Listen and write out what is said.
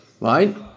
right